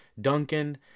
Duncan